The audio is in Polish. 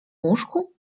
łóżku